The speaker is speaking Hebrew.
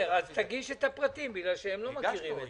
תגיש את הפרטים בגלל שהם לא מכירים את זה.